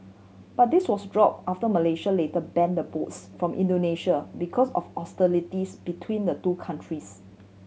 but this was dropped after Malaysia later banned the boats from Indonesia because of hostilities between the two countries